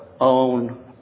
own